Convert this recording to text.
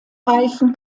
reifen